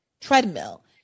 treadmill